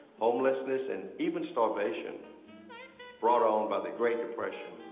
homelessness, and even starvation brought on by the great depression.